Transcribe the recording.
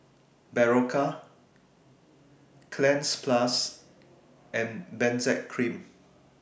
Berocca Cleanz Plus and Benzac Cream